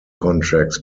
contracts